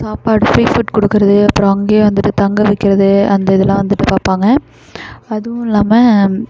சாப்பாடு free food கொடுக்கறது அப்புறம் அங்கே வந்துட்டு தங்க வைக்கிறது அந்த இதெல்லாம் வந்துட்டு பார்ப்பாங்க அதுவும் இல்லாமல்